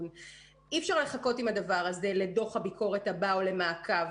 אי אפשר לחכות עם הדבר הזה לדוח הביקורת הבא או למעקב.